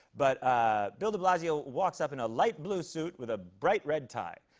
but ah bill de blasio walks up in a light blue suit with a bright red tie,